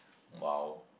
!wow!